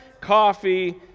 coffee